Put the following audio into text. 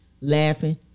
laughing